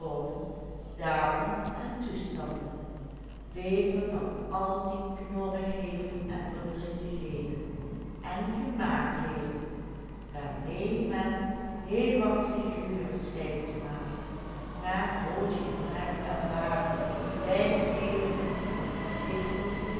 en verdrietigheden en gemaaktheden waarmee men heel wat figuur schijnt te maken maar groot gebrek aan waren wijsgeerigen of